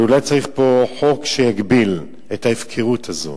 ואולי צריך פה חוק שיגביל את ההפקרות הזאת.